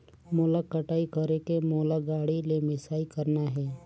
मोला कटाई करेके मोला गाड़ी ले मिसाई करना हे?